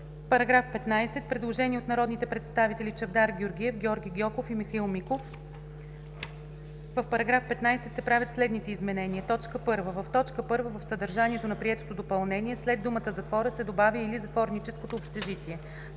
Параграф 15 – предложение от народните представители Чавдар Георгиев, Георги Гьоков и Михаил Миков: „В § 15 се правят следните изменения: 1. В т. 1, в съдържанието на приетото допълнение, след думата „затвора“ се добавя „или затворническото общежитие“.